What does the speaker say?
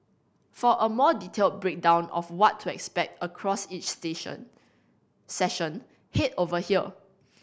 for a more detailed breakdown of what to expect across each station session head over here